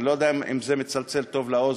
אני לא יודע אם זה מצלצל טוב לאוזן,